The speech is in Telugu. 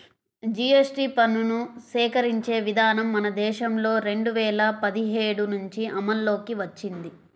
జీఎస్టీ పన్నుని సేకరించే విధానం మన దేశంలో రెండు వేల పదిహేడు నుంచి అమల్లోకి వచ్చింది